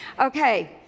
Okay